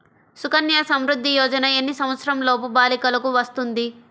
సుకన్య సంవృధ్ది యోజన ఎన్ని సంవత్సరంలోపు బాలికలకు వస్తుంది?